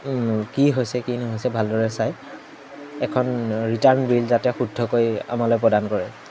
কি হৈছে কি নহৈছে ভালদৰে চায় এখন ৰিটাৰ্ণ বিল যাতে শুদ্ধকৈ আমালৈ প্ৰদান কৰে